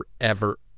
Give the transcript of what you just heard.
forever